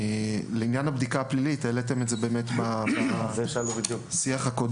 לעניין הבדיקה הפלילית, העליתם את זה בשיח הקודם.